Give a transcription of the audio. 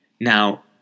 Now